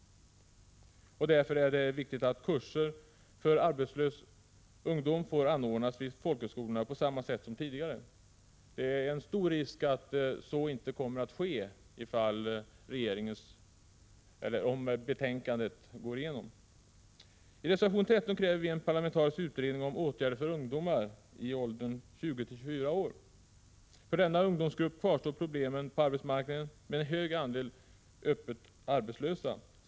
Därför är det viktigt att kurser för arbetslös ungdom får anordnas vid folkhögskolorna på samma sätt som tidigare. Det är en stor risk att så inte kommer att bli fallet, om riksdagen bifaller utskottets förslag i betänkandet. I reservation 13 kräver vi en parlamentarisk utredning om åtgärder för ungdomar i åldern 20-24 år. För denna ungdomsgrupp kvarstår problemen på arbetsmarknaden, med en hög andel öppet arbetslösa.